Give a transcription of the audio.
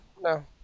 no